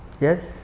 yes